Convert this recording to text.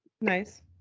Nice